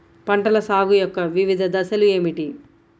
పంటల సాగు యొక్క వివిధ దశలు ఏమిటి?